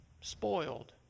spoiled